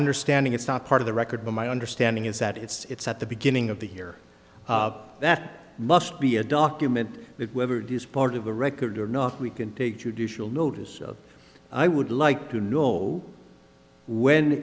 understanding it's not part of the record but my understanding is that it's at the beginning of the year that must be a document that whether it is part of a record or not we can take judicial notice of i would like to know when